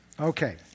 Okay